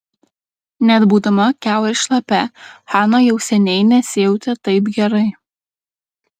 net būdama kiaurai šlapia hana jau seniai nesijautė taip gerai